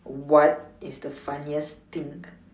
what is the funniest thing